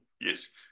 yes